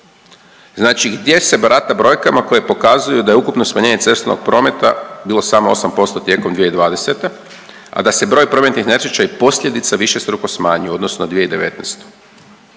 znači gdje se barata brojkama koje pokazuju da je ukupno smanjenje cestovnog prometa bilo samo 8% tijekom 2020., a da se broj prometnih nesreća i posljedice višestruko smanjuju u odnosu na 2019.